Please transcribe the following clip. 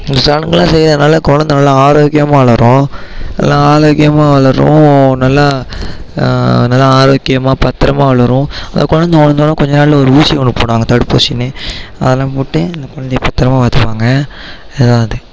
இந்த சடங்கெல்லாம் செய்கிறதுனால கொழந்தை நல்லா ஆரோக்கியமாக வளரும் நல்லா ஆரோக்கியமாக வளரும் நல்லா நல்லா ஆரோக்கியமாக பத்திரமா வளரும் அந்த கொழந்தை வளர்ந்த ஒடனே கொஞ்சம் நாளில் ஒரு ஊசி ஒன்று போடுவாங்க தடுப்பூசின்னு அதலாம் போட்டு அந்த குழந்தைய பத்திரமா பார்த்துக்குவாங்க அதான் அது